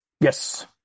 Yes